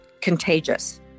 contagious